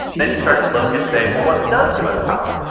then you start to look and say, well, what does give us power?